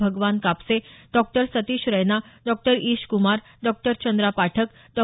भगवान कापसे डॉ सतीश रैना डॉ ईश कुमार डॉ चंद्रा पाठक डॉ